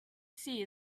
sea